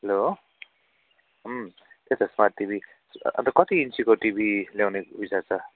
hello त्यही त smart TV अन्त कति इन्चीको टिभी ल्याउने विचार छ